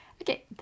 okay